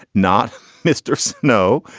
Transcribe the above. not mr. snow.